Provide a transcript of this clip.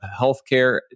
healthcare